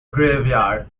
graveyard